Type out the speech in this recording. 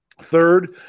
Third